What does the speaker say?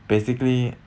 basically